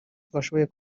twashoboye